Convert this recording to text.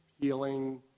healing